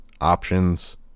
Options